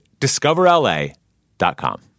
discoverla.com